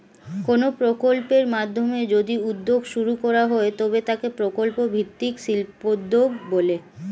কোনো প্রকল্পের মাধ্যমে যদি উদ্যোগ শুরু করা হয় তবে তাকে প্রকল্প ভিত্তিক শিল্পোদ্যোগ বলে